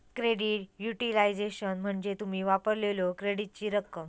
credit utilisation म्हणजे तुम्ही वापरलेल्यो क्रेडिटची रक्कम